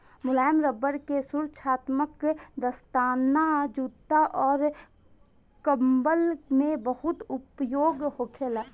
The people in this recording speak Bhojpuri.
मुलायम रबड़ के सुरक्षात्मक दस्ताना, जूता अउर कंबल में बहुत उपयोग होखेला